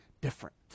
different